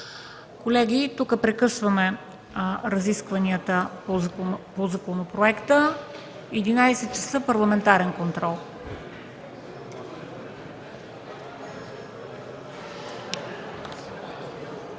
Колеги, тук прекъсваме разискванията по законопроекта. От 11,00 ч. – парламентарен контрол.